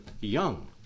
young